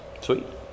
Sweet